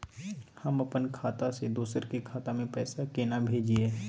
हम अपन खाता से दोसर के खाता में पैसा केना भेजिए?